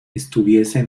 estuviesen